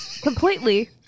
completely